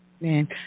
Man